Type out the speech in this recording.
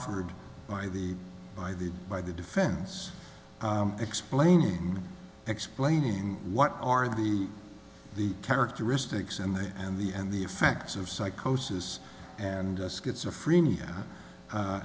proffered by the by the by the defense explaining explaining what are the the characteristics and the and the and the effects of psychosis and schizophrenia